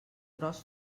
gros